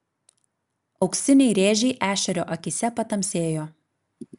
auksiniai rėžiai ešerio akyse patamsėjo